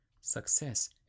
success